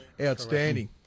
outstanding